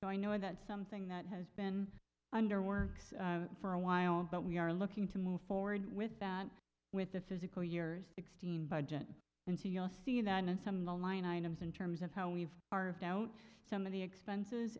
so i know that something that has been under works for a while but we are looking to move forward with that with the physical years sixteen budget into you'll see that in some the line items in terms of how we've doubt some of the expenses